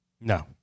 No